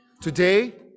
Today